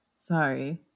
Sorry